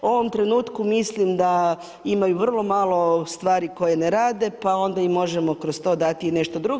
U ovom trenutku mislim da ima vrlo mali stvari koje ne rade, pa onda im možemo kroz to dati i nešto drugo.